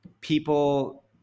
people